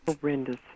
Horrendous